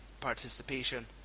participation